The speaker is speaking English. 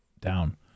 down